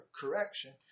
correction